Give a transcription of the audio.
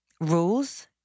rules